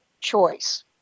choice